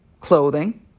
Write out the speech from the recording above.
clothing